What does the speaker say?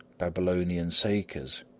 babylonian sakers,